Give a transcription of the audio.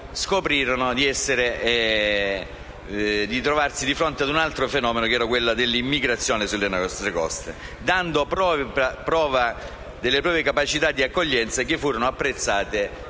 scoprirono di trovarsi di fronte a un altro fenomeno, che era quello dell'immigrazione sulle nostre coste, dando prova delle proprie capacità di accoglienza che furono apprezzate